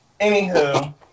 Anywho